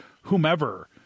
whomever